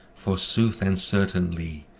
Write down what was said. for sooth and certainly,